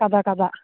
കഥ കഥ